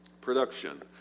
production